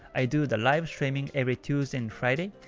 i do the live streaming every tuesday and friday,